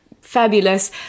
fabulous